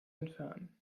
entfernen